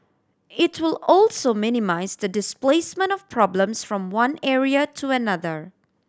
it will also minimise the displacement of problems from one area to another